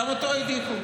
גם אותו הדיחו.